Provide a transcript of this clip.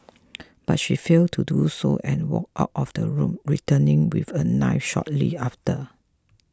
but she failed to do so and walked out of the room returning with a knife shortly after